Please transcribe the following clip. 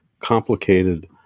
complicated